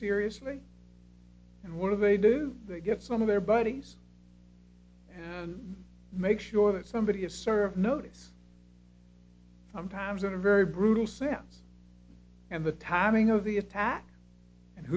seriously and what are they do they get some of their buddies and make sure that somebody is served notice sometimes in a very brutal sounds and the timing of the attack and